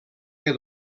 que